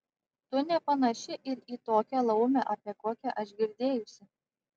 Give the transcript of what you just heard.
tu nepanaši ir į tokią laumę apie kokią aš girdėjusi